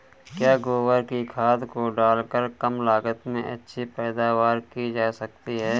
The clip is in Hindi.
क्या गोबर की खाद को डालकर कम लागत में अच्छी पैदावारी की जा सकती है?